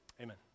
Amen